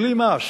בלי מס.